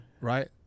Right